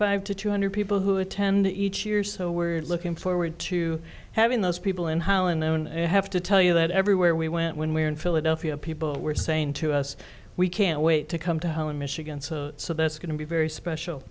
five to two hundred people who attend each year so we're looking forward to having those people in holland i don't have to tell you that everywhere we went when we were in philadelphia people were saying to us we can't wait to come to holland michigan so so that's going to be very special